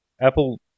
Apple